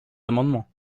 amendements